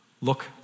Look